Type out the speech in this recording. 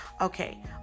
Okay